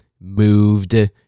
moved